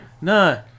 No